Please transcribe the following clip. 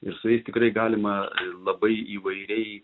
ir jisai tikrai galima labai įvairiai